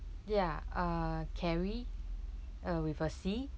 ya uh carrie uh with a C